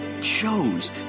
chose